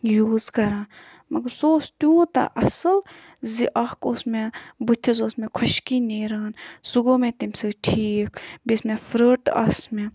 use کَران مگر سُہ اوس تیوٗتاہ اَصٕل زِ اَکھ اوس مےٚ بُتھِس اوس مےٚ خۄشکی نیران سُہ گوٚو مےٚ تمہِ سۭتۍ ٹھیٖک بیٚیہِ مےٚ فرٔٹ آسہٕ مےٚ